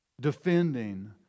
defending